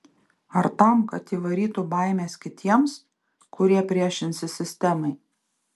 ar tam kad įvarytų baimės kitiems kurie priešinsis sistemai